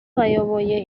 bayoboye